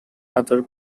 other